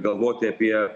galvoti apie